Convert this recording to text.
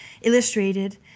illustrated